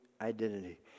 identity